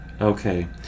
Okay